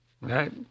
right